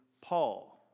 Paul